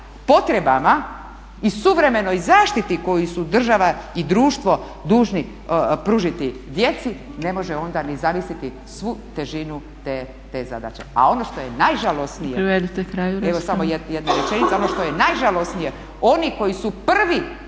i suvremenoj zaštiti koju su država i društvo dužni pružiti djeci ne može onda ni zamisliti svu težinu te zadaće. A ono što je najžalosnije … …/Upadica Zgrebec: Privedite kraju./… … oni koji su prvi